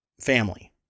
family